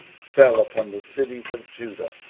fell upon the cities of judah,